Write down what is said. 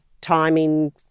timing